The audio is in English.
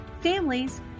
families